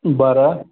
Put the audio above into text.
बरं